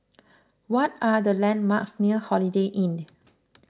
what are the landmarks near Holiday Inn